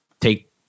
take